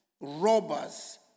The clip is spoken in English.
robbers